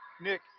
Nick